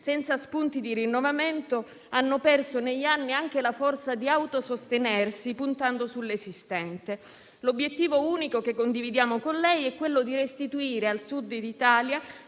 e spunti di rinnovamento hanno perso negli anni anche la forza di autosostenersi, puntando sull'esistente. L'obiettivo unico che condividiamo con lei è restituire al Sud Italia